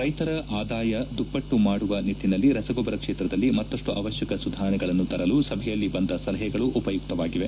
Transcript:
ರೈತರ ಆದಾಯ ದುಪ್ಪಟ್ಟು ಮಾಡುವ ನಿಟ್ಟನಲ್ಲಿ ರಸಗೊಬ್ಬರ ಕ್ಷೇತ್ರದಲ್ಲಿ ಮತ್ತಷ್ಟು ಅವಶ್ಯ ಸುಧಾರಣೆಗಳನ್ನು ತರಲು ಸಭೆಯಲ್ಲಿ ಬಂದ ಸಲಹೆಗಳು ಉಪಯುಕ್ತವಾಗಿವೆ